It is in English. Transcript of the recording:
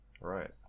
Right